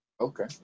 okay